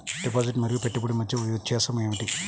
Deposit మరియు పెట్టుబడి మధ్య వ్యత్యాసం ఏమిటీ?